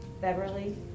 Beverly